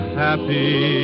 happy